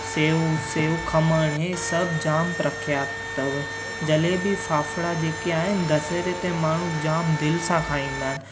सेऊ सेऊ खमण हे सभु जाम प्रख्यात अथव जलेबी फाफड़ा जेके आहिनि दशहरे ते माण्हू जामु दिलि सां खाईंदा आहिनि